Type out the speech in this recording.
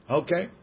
okay